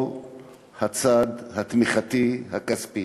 ללא הצד התמיכתי-הכספי.